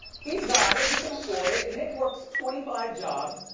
he's got it, he can afford it. nick works twenty five jobs.